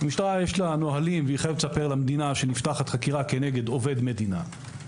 למשטרה יש נהלים והיא חייבת לספר למדינה שנפתחת חקירה כנגד עובד מדינה,